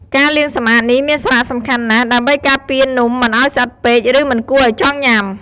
ការលាងសម្អាតនេះមានសារៈសំខាន់ណាស់ ដើម្បីការពារនំមិនឱ្យស្អិតពេក ឬមិនគួរឱ្យចង់ញ៉ាំ។